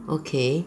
okay